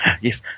Yes